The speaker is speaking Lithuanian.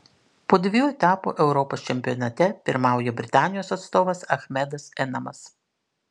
po dviejų etapų europos čempionate pirmauja britanijos atstovas achmedas enamas